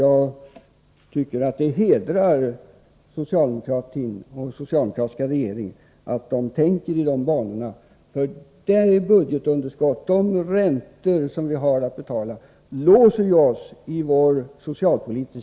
Jag tycker att det hedrar socialdemokratin och den socialdemokratiska regeringen att man tänker i de banorna, för med det budgetunderskott vi har och med de räntor vi skall betala är vi mer eller mindre låsta i vår socialpolitik.